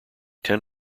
ten